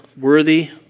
worthy